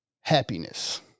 happiness